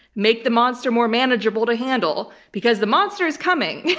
make the monster more manageable to handle, because the monster is coming.